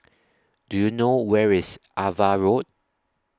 Do YOU know Where IS AVA Road